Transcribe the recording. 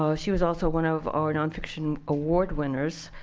so she was also one of our nonfiction award winners.